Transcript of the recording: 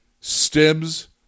stems